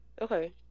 Okay